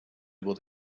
able